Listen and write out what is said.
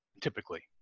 typically